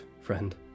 friend